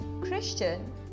Christian